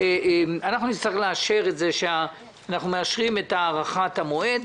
אנחנו נצטרך לאשר את הארכת המועד.